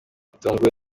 yatunguwe